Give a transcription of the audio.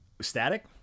static